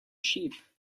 sheep